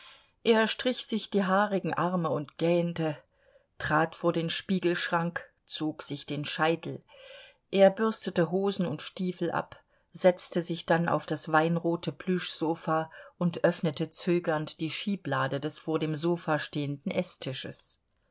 er strich sich die haarigen arme und gähnte trat vor den spiegelschrank zog sich den scheitel er bürstete hosen und stiefel ab setzte sich dann auf das weinrote plüschsofa und öffnete zögernd die schieblade des vor dem sofa stehenden eßtisches